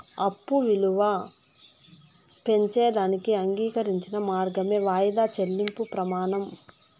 అప్పు ఇలువ పెంచేదానికి అంగీకరించిన మార్గమే వాయిదా చెల్లింపు ప్రమానం